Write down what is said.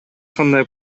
кандай